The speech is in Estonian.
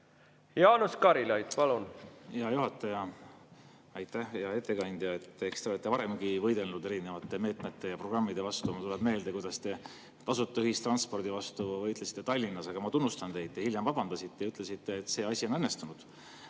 Jaanus Karilaid, palun!